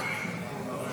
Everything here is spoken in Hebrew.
א'.